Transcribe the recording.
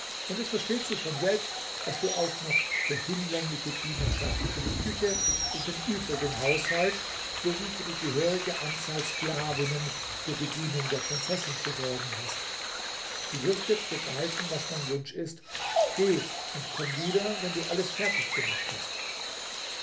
und es versteht sich von selbst daß du auch noch für hinlängliche dienerschaft für die küche und den übrigen haushalt sowie für die gehörige anzahl sklavinnen zur bedienung der prinzessin zu sorgen hast du wirst jetzt begreifen was mein wunsch ist geh und komm wieder wenn du alles fertig gemacht hast